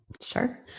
Sure